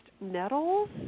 nettles